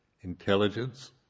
intelligence